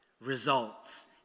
results